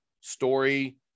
story